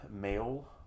male